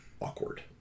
awkward